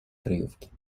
kryjówki